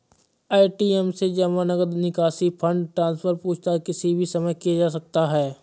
ATM से जमा, नकद निकासी, फण्ड ट्रान्सफर, पूछताछ किसी भी समय किया जा सकता है